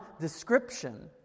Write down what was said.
description